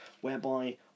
whereby